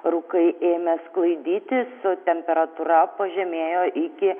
rūkai ėmė sklaidytis o temperatūra pažemėjo iki